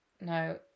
No